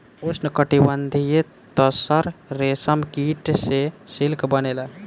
उष्णकटिबंधीय तसर रेशम कीट से सिल्क बनेला